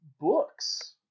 books